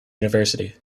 university